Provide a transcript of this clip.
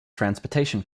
transportation